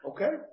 Okay